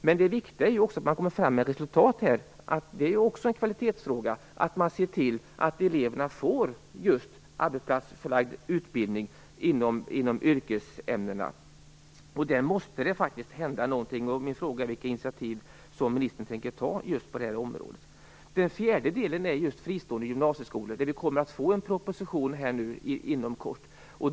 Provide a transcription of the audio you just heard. Men det viktiga är att man kommer fram till ett resultat. En kvalitetsfråga är ju också att man ser till att eleverna i yrkesämnena får just en arbetsplatsförlagd utbildning. Här måste det faktiskt hända något. Min fråga är vilket initiativ ministern tänker ta i frågan. Den fjärde delen är fristående gymnasieskolor, där det kommer en proposition inom kort.